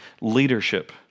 leadership